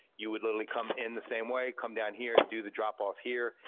you would literally come in the same way, come down here, do the drop off here,